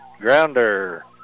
grounder